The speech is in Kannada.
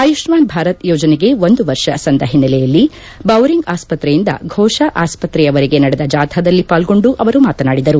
ಆಯುಷ್ನಾನ್ ಭಾರತ್ ಯೋಜನೆಗೆ ಒಂದು ವರ್ಷ ಸಂದ ಹಿನ್ನೆಲೆಯಲ್ಲಿ ಬೌರಿಂಗ್ ಆಸ್ಪತ್ತೆಯಿಂದ ಫೋಷ ಆಸ್ಪತ್ತೆಯವರೆಗೆ ನಡೆದ ಜಾಥಾದಲ್ಲಿ ಪಾಲ್ಗೊಂಡು ಅವರು ಮಾತನಾಡಿದರು